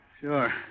Sure